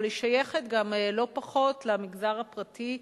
אבל היא שייכת לא פחות למגזר הפרטי,